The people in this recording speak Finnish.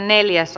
asia